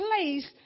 place